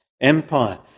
empire